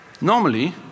Normally